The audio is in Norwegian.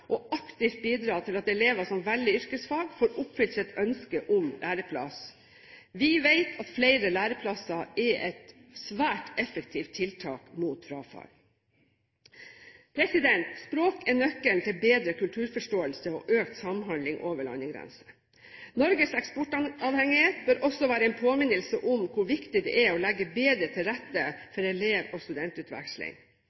og aktivt bidra til at elever som velger yrkesfag, får oppfylt sitt ønske om læreplass. Vi vet at flere læreplasser er et svært effektivt tiltak mot frafall. Språk er nøkkelen til bedre kulturforståelse og økt samhandling over landegrenser. Norges eksportavhengighet bør også være en påminnelse om hvor viktig det er å legge bedre til rette